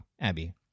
Abby